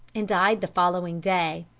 and died the following day.